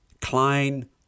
Klein